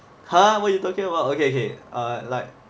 !huh! what you talking about okay okay ah like